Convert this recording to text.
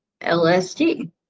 LSD